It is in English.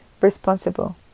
responsible